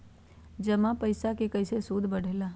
जमा पईसा के कइसे सूद बढे ला?